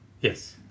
Yes